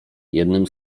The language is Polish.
jednym